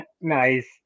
nice